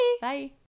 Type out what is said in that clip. Bye